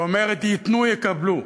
שאומרת: ייתנו, יקבלו.